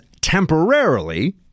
temporarily